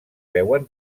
veuen